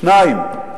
שניים.